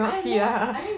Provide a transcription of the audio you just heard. I'm not I mean